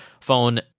phone